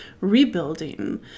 rebuilding